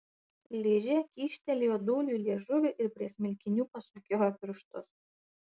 ližė kyštelėjo dūliui liežuvį ir prie smilkinių pasukiojo pirštus